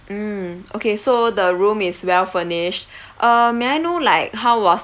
mm okay so the room is well furnished uh may I know like how was